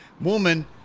woman